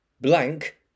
blank